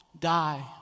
die